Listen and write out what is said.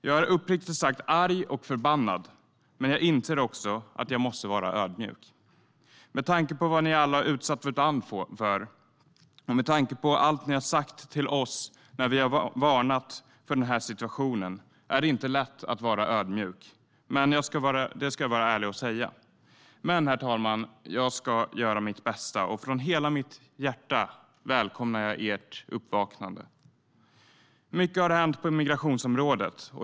Jag är uppriktigt sagt arg och förbannad, men jag inser också att jag måste vara ödmjuk. Med tanke på vad ni alla har utsatt vårt land för och med tanke på allt ni har sagt till oss när vi har varnat för den här situationen är det inte lätt att vara ödmjuk. Det ska jag vara ärlig och säga. Men jag ska göra mitt bästa, och från hela mitt hjärta välkomnar jag ert uppvaknande. Mycket har hänt på migrationsområdet.